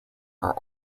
are